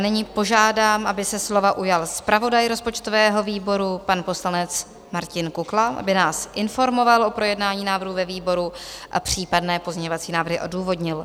Nyní požádám, aby se slova ujal zpravodaj rozpočtového výboru, pan poslanec Martin Kukla, aby nás informoval o projednání návrhu ve výboru a případné pozměňovací návrhy odůvodnil.